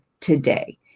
today